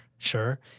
Sure